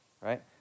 right